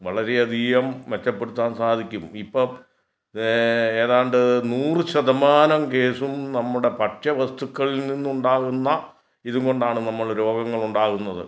വളരേയധികം മെച്ചപ്പെടുത്താൻ സാധിക്കും ഇപ്പം ഏതാണ്ട് നൂറ് ശതമാനം കേസും നമ്മുടെ ഭക്ഷ്യവസ്തുക്കളിൽ നിന്നുണ്ടാകുന്ന ഇതുകൊണ്ടാണ് നമ്മൾ രോഗങ്ങൾ ഉണ്ടാകുന്നത്